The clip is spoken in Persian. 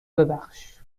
ببخش